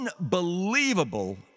unbelievable